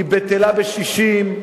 היא בטלה בשישים,